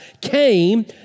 came